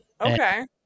okay